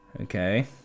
Okay